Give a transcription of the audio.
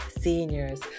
seniors